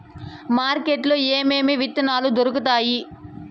market లో ఏమేమి విత్తనాలు దొరుకుతాయి